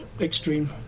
extreme